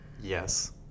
Yes